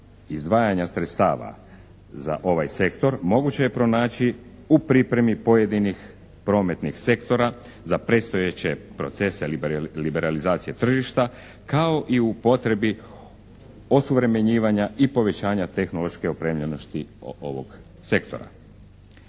izdvajanja sredstava za ovaj sektor moguće je pronaći u pripremi pojedinih prometnih sektora za predstojeće procese liberalizacije tržišta kao i u potrebi osuvremenjivanja i povećanja tehnološke opremljenosti ovog sektora.